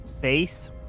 face